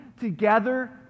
together